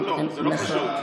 הלו, זה לא פשוט.